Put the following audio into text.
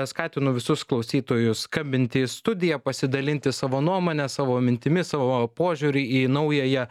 skatinu visus klausytojus skambinti į studiją pasidalinti savo nuomone savo mintimis savo požiūriu į naująją